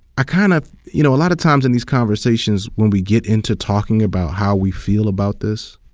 i kind of, you know, a lot of times in these conversations, when we get into talking about how we feel about this,